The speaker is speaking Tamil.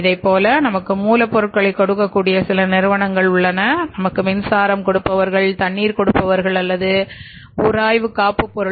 இதைப்போல நமக்கு மூலப்பொருட்களை கொடுக்கக் கூடிய சில நிறுவனங்கள் உள்ளன நமக்கு மின்சாரம் கொடுப்பவர்கள் தண்ணீர் கொடுப்பவர்கள் அல்லது உராய்வுகாப்புப் பொருள்